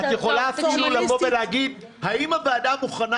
או שעדיף פשוט --- את יכולה אפילו לבוא ולהגיד האם הוועדה מוכנה